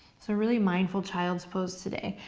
so really mindful child's pose today.